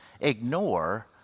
ignore